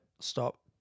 stop